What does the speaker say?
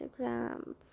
instagram